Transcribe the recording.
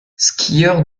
skieur